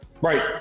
Right